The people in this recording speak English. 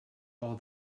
all